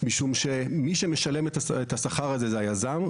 משום שמי שמשלם את השכר הזה זה היזם.